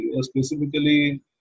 specifically